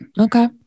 Okay